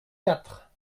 quatre